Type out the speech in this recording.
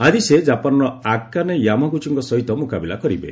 ଆଜି ସେ ଜାପାନର ଆକାନେ ୟାମାଗୁଚ୍ଚିଙ୍କ ସହିତ ମୁକାବିଲା କରିବେ